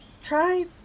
Try